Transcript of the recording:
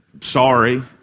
sorry